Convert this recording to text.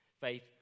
faith